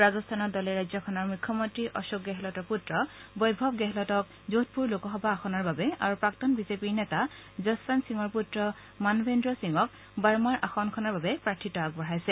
ৰাজস্থানত দলে ৰাজ্যখনৰ মুখ্যমন্তী অশোক গেহলটৰ পুত্ৰ বৈভৱ গেহলটক জোধপুৰ লোকসভা আসনৰ বাবে আৰু প্ৰাক্তন বিজেপিৰ নেতা যশৱন্ত সিঙৰ পুত্ৰ মানভেন্দ্ৰ সিঙক বৰ্মাৰ আসনখনৰ বাবে প্ৰাৰ্থিত্ব আগবঢ়াইছে